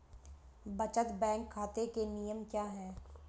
बचत बैंक खाता के नियम क्या हैं?